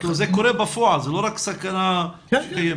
זה קורה בפועל, זה לא רק סכנה שקיימת,